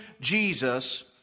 Jesus